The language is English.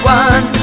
one